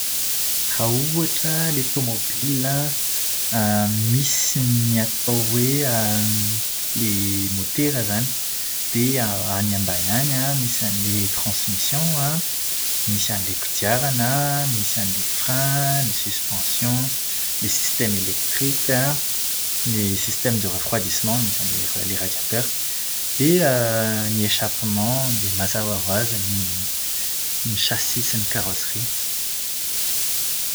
Raha ohatra ilay tomobila misy ny atao hoe ilay motera izany. Dia any ambany an, misy an'ilay "transmission" an, misy an'ilay kodiarana, misy an'ilay "frein" misy "suspension". Ny "système électrique" an, ny "système de refroidissement" misy an'ilay "radiateur". Dia ny "échappement" dia mazava ho azy ny ny "chassis" sy ny "carrosserie".